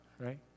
right